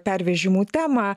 pervežimų temą